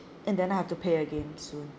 and then I have to pay again soon